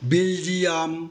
Belgium